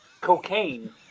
cocaine